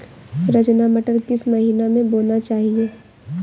रचना मटर किस महीना में बोना चाहिए?